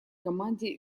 команде